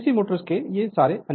DC motors के लिए ये फायदे हैं